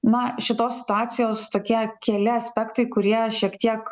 na šitos situacijos tokie keli aspektai kurie šiek tiek